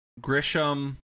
Grisham